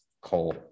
coal